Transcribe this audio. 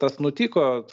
tas nutiko